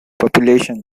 population